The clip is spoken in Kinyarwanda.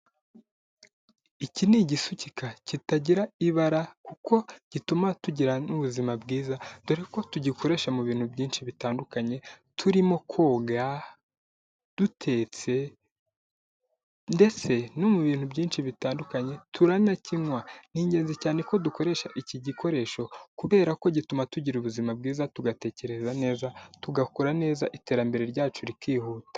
Iki ni igisukika kitagira ibara kuko gituma tugira n'ubuzima bwiza, dore ko tugikoresha mu bintu byinshi bitandukanye, turimo koga, dutetse ndetse no mu bintu byinshi bitandukanye turanakinywa. Ni ingenzi cyane ko dukoresha iki gikoresho kubera ko gituma tugira ubuzima bwiza tugatekereza neza, tugakora neza iterambere ryacu rikihuta.